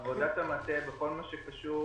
עבודת המטה בכל מה שקשור